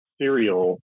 serial